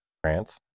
France